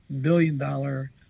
billion-dollar